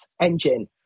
engine